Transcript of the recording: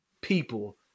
people